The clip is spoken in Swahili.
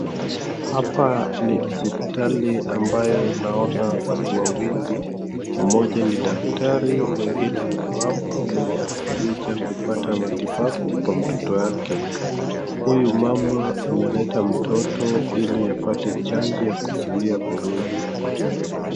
Hapa ni hospitali ambayo naona watu wawili, mmoja ni daktari mwingine ni mama mwenye amekuja kupata matibabu kwa mtoto yake, huyu mama ameleta mtoto ili apate chanjo ya kuzuia virusi.